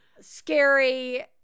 scary